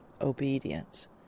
obedience